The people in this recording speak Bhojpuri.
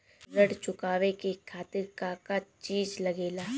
ऋण चुकावे के खातिर का का चिज लागेला?